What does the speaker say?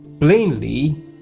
Plainly